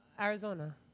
Arizona